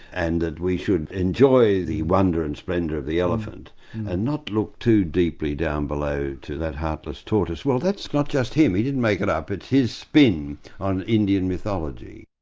and that we should enjoy the wonder and splendour of the elephant and not look too deeply down below to that heartless tortoise. well that's not just him, he didn't make it up it's his spin on indian mythology.